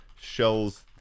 shells